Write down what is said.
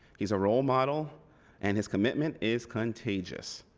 he's a role model and his commitment is contagious.